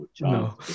no